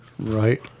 Right